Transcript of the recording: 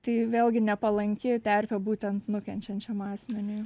tai vėlgi nepalanki terpė būtent nu kenčiančiam asmeniui